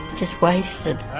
just wasted